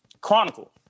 Chronicle